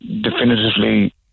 definitively